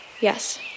Yes